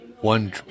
one